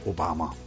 Obama